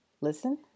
listen